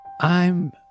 I'm